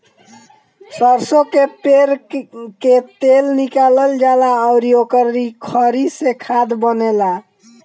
सरसो कअ पेर के तेल निकालल जाला अउरी ओकरी खरी से खाद बनेला